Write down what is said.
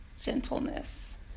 gentleness